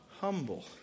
Humble